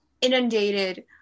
inundated